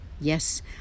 Yes